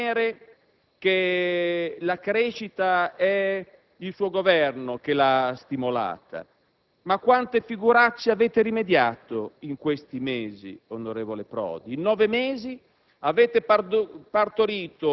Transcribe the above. È arrivato a sostenere che la crescita è il suo Governo che l'ha stimolata, ma quante figuracce avete rimediato in questi mesi, onorevole Prodi. In nove mesi